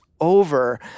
over